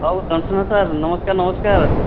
ଆଉ ଅଂଶୁମାନ ସାର୍ ନମସ୍କାର ନମସ୍କାର